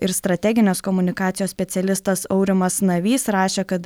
ir strateginės komunikacijos specialistas aurimas navys rašė kad